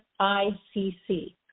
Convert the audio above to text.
ICC